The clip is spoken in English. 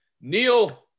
Neil